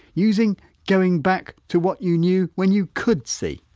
using going back to what you knew when you could see.